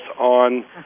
on